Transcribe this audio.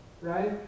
Right